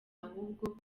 ahubwo